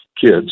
kids